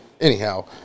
Anyhow